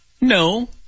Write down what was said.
no